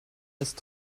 ist